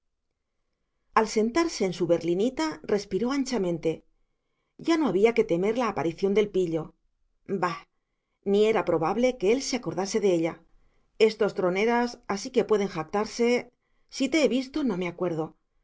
al sentarse en su berlinita respiró anchamente ya no había que temer la aparición del pillo bah ni era probable que él se acordase de ella estos troneras así que pueden jactarse si te he visto no me acuerdo